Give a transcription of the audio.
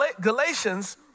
Galatians